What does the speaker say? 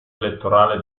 elettorale